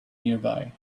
nearby